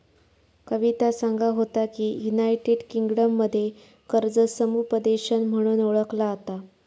कविता सांगा होता की, युनायटेड किंगडममध्ये कर्ज समुपदेशन म्हणून ओळखला जाता